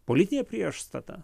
politinė priešstata